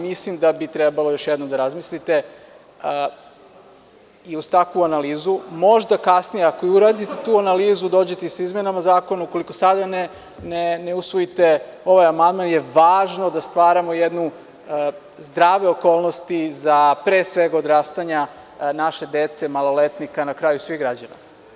Mislim da bi trebalo još jednom da razmislite i uz takvu analizu, možda kasnije ako uradite tu analizu, dođete i sa izmenama zakona, ukoliko sada ne usvojite, ovaj amandman je važno da stvaramo jedne zdrave okolnosti za, pre svega odrastanja naše dece, maloletnika, na kraju svih građana.